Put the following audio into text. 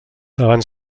abans